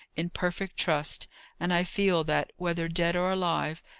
in perfect trust and i feel, that whether dead or alive,